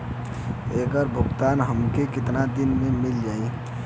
ऐकर भुगतान हमके कितना दिन में मील जाई?